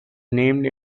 named